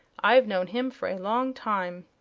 i've known him for a long time.